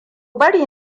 bari